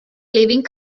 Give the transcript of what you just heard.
living